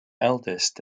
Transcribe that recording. eldest